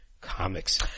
comics